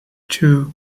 two